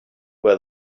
where